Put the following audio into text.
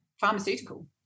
pharmaceutical